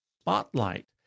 spotlight